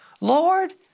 Lord